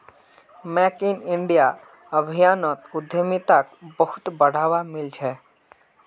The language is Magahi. मेक इन इंडिया अभियानोत उद्यमिताक बहुत बढ़ावा मिल छ